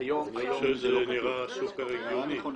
נראה סופר-הגיוני.